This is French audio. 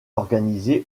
organisé